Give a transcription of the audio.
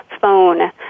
phone